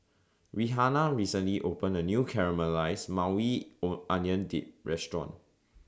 Rihanna recently opened A New Caramelized Maui O Onion Dip Restaurant